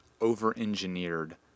over-engineered